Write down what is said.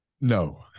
No